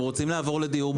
והם רוצים לעבור לדיור מוגן.